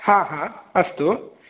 अस्तु